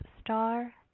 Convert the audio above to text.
star